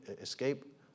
escape